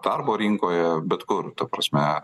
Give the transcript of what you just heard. darbo rinkoje bet kur ta prasme